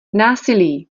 násilí